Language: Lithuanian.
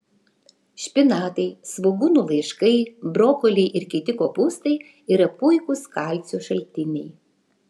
špinatai svogūnų laiškai brokoliai ir kiti kopūstai yra puikūs kalcio šaltiniai